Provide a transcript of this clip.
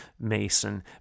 Mason